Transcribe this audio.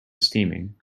steaming